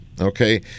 okay